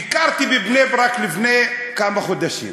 ביקרתי בבני-ברק לפני כמה חודשים.